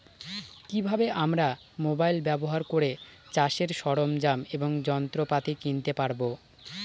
কি ভাবে আমরা মোবাইল ব্যাবহার করে চাষের সরঞ্জাম এবং যন্ত্রপাতি কিনতে পারবো?